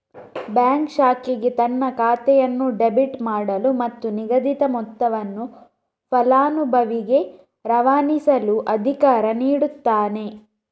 bank ಶಾಖೆಗೆ ತನ್ನ ಖಾತೆಯನ್ನು ಡೆಬಿಟ್ ಮಾಡಲು ಮತ್ತು ನಿಗದಿತ ಮೊತ್ತವನ್ನು ಫಲಾನುಭವಿಗೆ ರವಾನಿಸಲು ಅಧಿಕಾರ ನೀಡುತ್ತಾನೆ